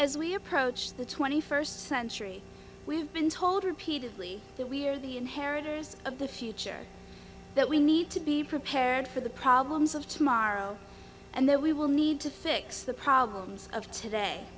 as we approach the twenty first century we have been told repeatedly that we are the inheritors of the future that we need to be prepared for the problems of tomorrow and there we will need to fix the problems of today